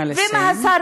נא לסיים.